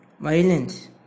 violence